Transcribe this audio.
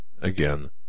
again